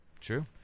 true